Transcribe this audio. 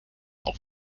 auch